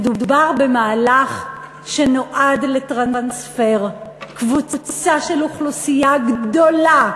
מדובר במהלך שנועד לטרנספר קבוצה של אוכלוסייה גדולה,